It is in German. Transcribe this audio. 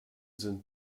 sind